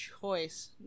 choice